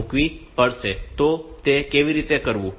તો તે કેવી રીતે કરવું